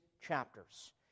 chapters